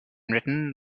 written